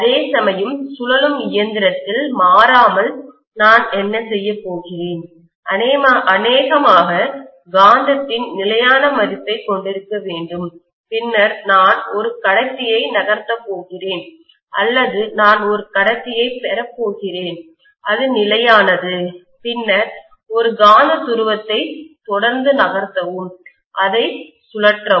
அதேசமயம் சுழலும் இயந்திரத்தில் மாறாமல் நான் என்ன செய்யப் போகிறேன் அநேகமாக காந்தத்தின் நிலையான மதிப்பைக் கொண்டிருக்க வேண்டும் பின்னர் நான் ஒரு கடத்தியை நகர்த்தப் போகிறேன் அல்லது நான் ஒரு கடத்தியை பெறப் போகிறேன் அது நிலையானது பின்னர் ஒரு காந்த துருவத்தை தொடர்ந்து நகர்த்தவும் அதை சுழற்றவும்